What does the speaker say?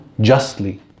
justly